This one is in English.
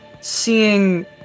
Seeing